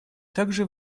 также